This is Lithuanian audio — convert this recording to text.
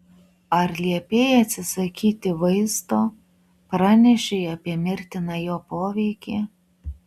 ar liepei atsisakyti vaisto pranešei apie mirtiną jo poveikį